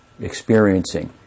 experiencing